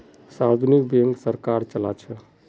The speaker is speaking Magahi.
सार्वजनिक बैंक सरकार चलाछे